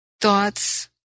thoughts